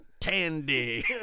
Tandy